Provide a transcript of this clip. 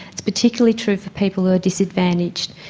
it's particularly true for people who are disadvantaged.